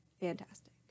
fantastic